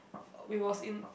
we was in